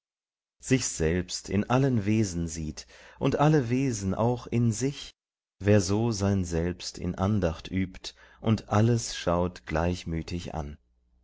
sich selbst in allen wesen sieht und alle wesen auch in sich wer so sein selbst in andacht übt und alles schaut gleichmütig an